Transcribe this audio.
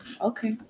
Okay